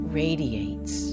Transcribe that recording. radiates